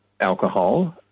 alcohol